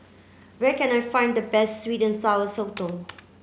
where can I find the best sweet and sour Sotong